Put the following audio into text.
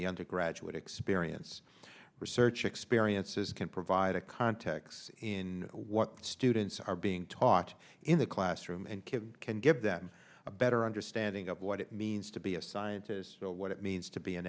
the undergraduate experience research experiences can provide a context in what students are being taught in the classroom and kids can give them a better understanding of what it means to be a scientist so what it means to be an